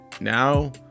now